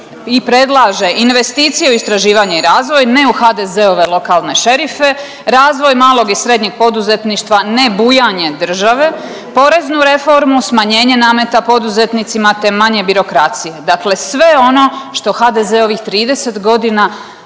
i predlaže investicije u istraživanje i razvoj ne u HDZ-ove lokalne šerife, razvoj malog i srednjeg poduzetništva ne bujanje države, poreznu reformu, smanjenje nameta poduzetnicima te manje birokracije. Dakle, sve ono što HDZ-ovih 30 godina